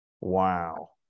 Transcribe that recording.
Wow